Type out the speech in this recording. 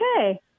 okay